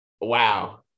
wow